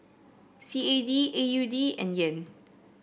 C A D A U D and Yen